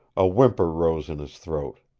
a whimper rose in his throat.